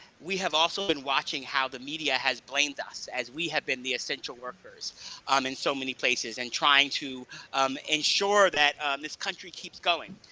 we have also been watching how the media has blamed us as we have been the essential workers um in so many places and trying to ensure that this country keeps going.